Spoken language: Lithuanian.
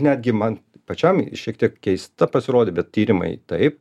netgi man pačiam šiek tiek keista pasirodė bet tyrimai taip